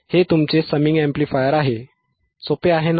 हे तुमचे summing amplifier आहे सोपे आहे ना